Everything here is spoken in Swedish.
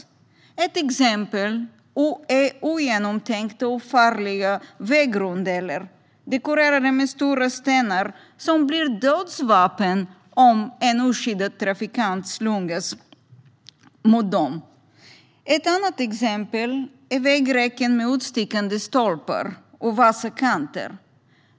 Man kan till exempel åtgärda ogenomtänkta och farliga vägrondeller som är dekorerade med stora stenar. Dessa blir dödsvapen om en oskyddad trafikant slungas mot dem. Ett annat exempel är att inte ha vägräcken med utstickande stolpar och vassa kanter.